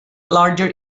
larger